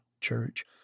church